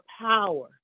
power